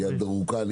יד ארוכה.